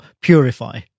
purify